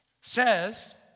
says